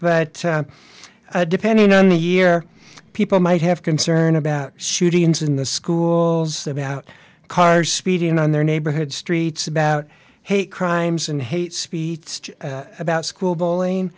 but depending on the year people might have concern about shootings in the schools about cars speeding on their neighborhood streets about hate crimes and hate speech about school bullying